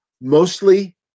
Mostly